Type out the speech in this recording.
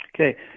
okay